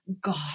God